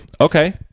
Okay